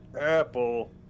Apple